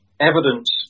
evidence